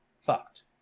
fucked